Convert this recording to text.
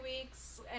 weeks